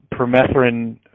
permethrin